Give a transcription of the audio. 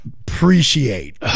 Appreciate